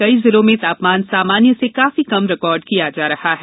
कई जिलों में तापमान सामान्य से काफी कम रिकार्ड किया जा रहा है